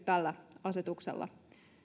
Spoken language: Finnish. tällä asetuksella